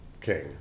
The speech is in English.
king